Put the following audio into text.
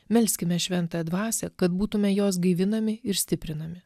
melskime šventąją dvasią kad būtumėme jos gaivinami ir stiprinami